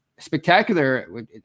spectacular